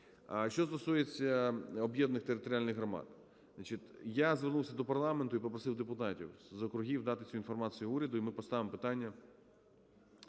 Що стосується об’єднаних територіальних громад. Я звернувся до парламенту і попросив депутатів з округів дати цю інформацію уряду, і ми поставимо питання